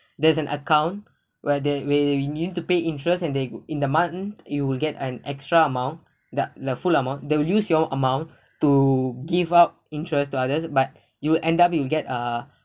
there's an account where they we we need to pay interest and they in the month you'll get an extra amount the the full amount they will your amount to give up interests to others but you will end up you'll get uh